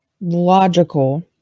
logical